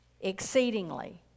Exceedingly